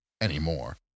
anymore